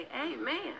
Amen